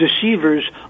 deceivers